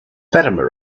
fatima